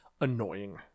annoying